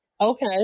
Okay